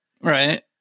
Right